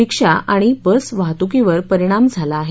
रिक्षा आणि बसवाहतूकीवर परिणाम झाला आहे